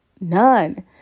none